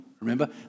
Remember